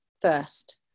first